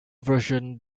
version